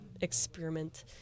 experiment